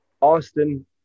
Austin